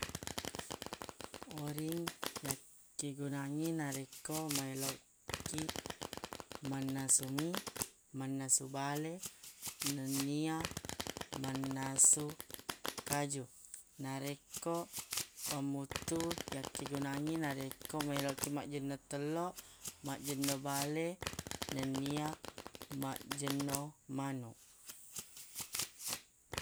Oring yakkegunangngi narekko maeloq kiq mannasu mi mannasu bale nennia mannasu kaju narekko pamuttu yakkegunangngi narekko meloq kiq majjenno tello majjenno bale nennia majjeno manuq